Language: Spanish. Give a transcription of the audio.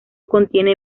contiene